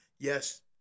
Yes